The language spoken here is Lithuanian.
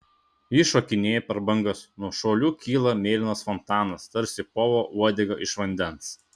ji šokinėja per bangas nuo šuolių kyla mėlynas fontanas tarsi povo uodega iš vandens